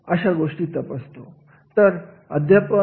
अशा पद्धतीने कार्याचे अवलोकन आपल्याला माहिती पुरवत असते